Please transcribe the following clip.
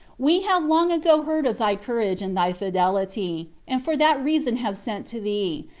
we have long ago heard of thy courage and thy fidelity, and for that reason have sent to thee,